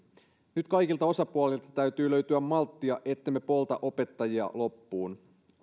nyt kaikilta osapuolilta täytyy löytyä malttia ettemme polta opettajia loppuun